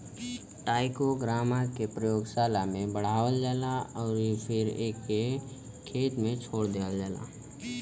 trichogramma के प्रयोगशाला में बढ़ावल जाला अउरी फिर एके खेत में छोड़ देहल जाला